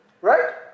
Right